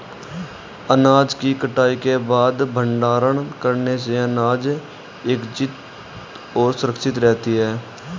अनाज की कटाई के बाद भंडारण करने से अनाज एकत्रितऔर सुरक्षित रहती है